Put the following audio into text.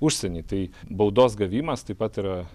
užsieny tai baudos gavimas taip pat yra